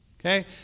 Okay